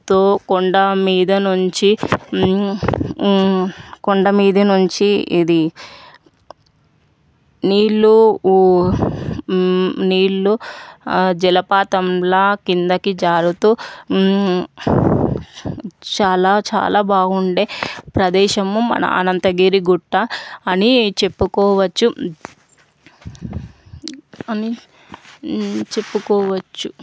తో కొండమీద నుంచి కొండమీద నుంచి ఇది నీళ్లు నీళ్లు జలపాతంలా కిందకి జారుతూ చాలా చాలా బాగుండే ప్రదేశము మన అనంతగిరి గుట్ట అని చెప్పుకోవచ్చు అని చెప్పుకోవచ్చు